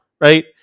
right